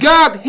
God